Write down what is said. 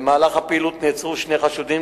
רצוני לשאול: